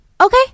Okay